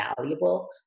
valuable